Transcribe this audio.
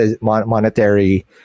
monetary